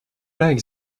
like